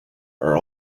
are